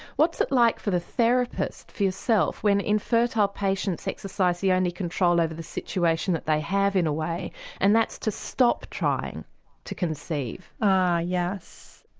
what's it like for the therapist, for yourself, when infertile patients exercise the only control over the situation that they have in a way and that's to stop trying to conceive? ah yes,